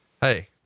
Hey